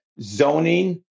zoning